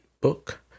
book